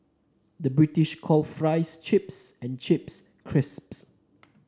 the British calls fries chips and chips crisps